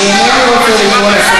אני מברר.